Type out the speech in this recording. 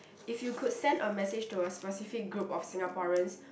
if you could send a message to a specific group of Singaporeans